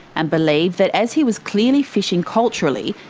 and believed that as he was clearly fishing culturally,